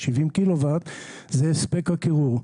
זה הספק הקירור.